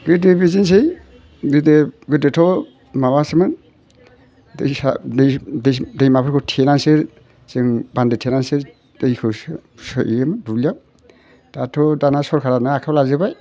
गोदो बिदिनोसै गोदो गोदोथ' माबासोमोन दैसा दै दै दैमाफोरखौ थेनानैसो जों बान्दो थेनानैसो दैखौसो सोयोमोन दुब्लियाव दाथ' दाना सरखारानो आखाइयाव लाजोब्बाय